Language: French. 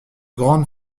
grande